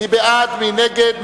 מי נגד?